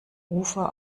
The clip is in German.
ufer